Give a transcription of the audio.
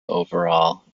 overall